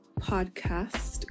podcast